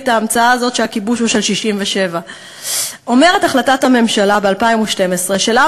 ההמצאה הזאת שהכיבוש הוא של 67'. אומרת החלטת הממשלה ב-2012 שלעם